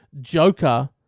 Joker